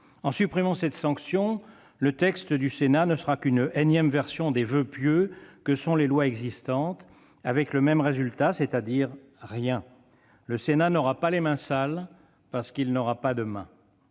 Supprimant cette sanction, le texte du Sénat ne sera qu'une énième version des voeux pieux que sont les lois existantes, avec le même résultat, c'est-à-dire rien ! Le Sénat n'aura pas les mains sales, parce qu'il n'aura pas de mains.